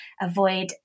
avoid